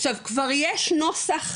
עכשיו כבר יש נוסח,